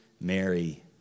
Mary